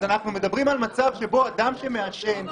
אז אנחנו מדברים על מצב שבו אדם שמעשן --- מה פתאום?